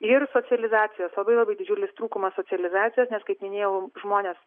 ir socializacijos labai labai didžiulis trūkumas socializacijos nes kaip minėjau žmonės